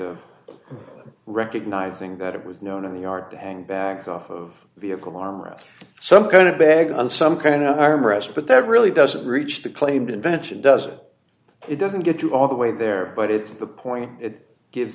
of recognizing that it was known in the yard to hang bags off of the vehicle armrest some kind of bag and some kind of armrest but that really doesn't reach the claimed invention doesn't it doesn't get you all the way there but it's the point it gives